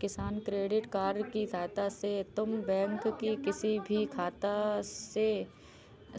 किसान credit card की सहायता से तुम बैंक की किसी भी